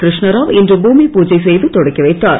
கிருஷ்ணாராவ் இன்று பூமி பூஜை செய்து தொடக்கிவைத்தார்